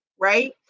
right